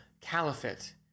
caliphate